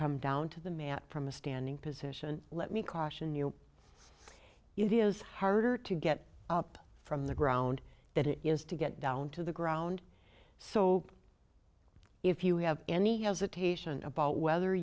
come down to the mat from a standing position let me caution you it is harder to get up from the ground that it is to get down to the ground so if you have any hesitation about whether